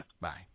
Bye